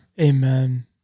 amen